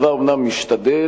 הצבא אומנם משתדל,